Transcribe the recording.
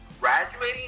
graduating